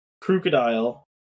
crocodile